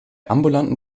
ambulanten